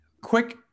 Quick